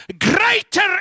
greater